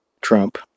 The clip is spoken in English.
Trump